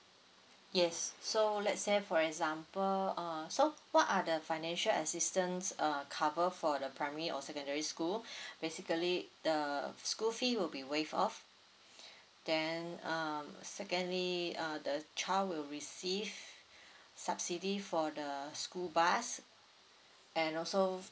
yes so let's say for example uh so what are the financial assistance uh covered for the primary or secondary school basically the school fee will be waived off then um secondly uh the child will receive subsidy for the school bus and also